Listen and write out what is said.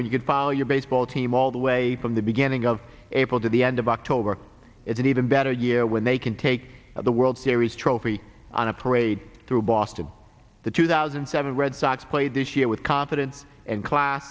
when you could follow your baseball team all the way from the beginning of april to the end of october it's an even better year when they can take the world series trophy on a parade through boston the two thousand and seven red sox played this year with confidence and class